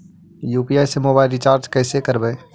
UPI से mobile recharge कैसे करबइ?